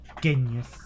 genius